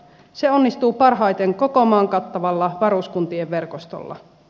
se onnistuu parhaiten koko maan kattavalla varuskuntien verkostolla